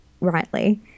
rightly